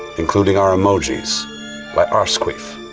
including our emojis by arsequeef.